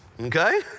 Okay